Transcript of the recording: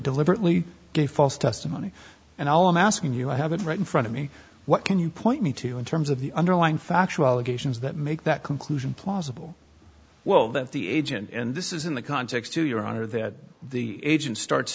deliberately gave false testimony and all i'm asking you i have it right in front of me what can you point me to in terms of the underlying factual allegations that make that conclusion plausible well that the agent and this is in the context to your honor that the agent starts